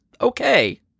okay